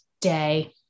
day